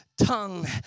tongue